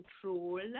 control